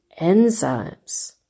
enzymes